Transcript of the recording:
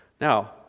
Now